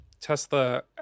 Tesla